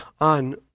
on